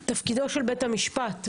תפקידו של בית המשפט באירוע,